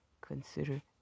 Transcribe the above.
consider